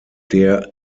der